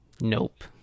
Nope